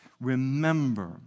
Remember